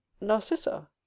Narcissa